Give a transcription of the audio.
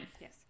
Yes